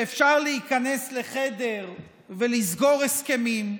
שאפשר להיכנס לחדר ולסגור הסכמים,